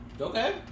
okay